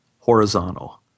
Horizontal